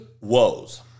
woes